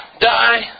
die